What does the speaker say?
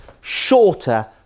Shorter